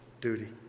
duty